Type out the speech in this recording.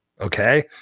Okay